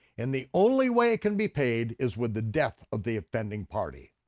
and the only way it can be paid is with the death of the offending party,